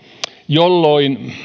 jolloin